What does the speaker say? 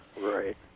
Right